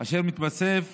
אשר מתווסף